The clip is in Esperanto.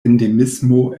endemismo